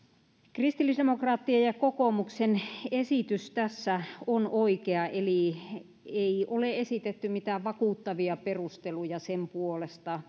kristillisdemokraattien ja kokoomuksen esitys tässä on oikea ei ole esitetty mitään vakuuttavia perusteluja sen puolesta